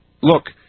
Look